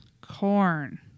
Corn